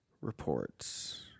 reports